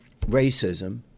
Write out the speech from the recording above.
racism